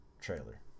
trailer